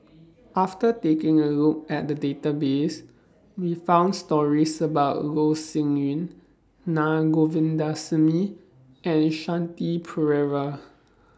after taking A Look At The Database We found stories about Loh Sin Yun Na Govindasamy and Shanti Pereira